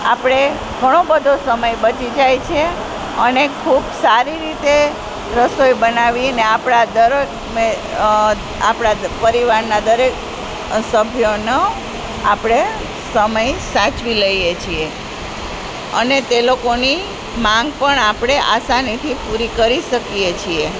આપણે ઘણો બધો સમય બચી જાય છે અને ખૂબ સારી રીતે રસોઈ બનાવીને આપણા આપણા પરિવારના દરેક સભ્યોનો આપણે સમય સાચવી લઈએ છીએ અને તે લોકોની માંગ પણ આપણે આસાનીથી પૂરી કરી શકીએ છીએ